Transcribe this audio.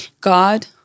God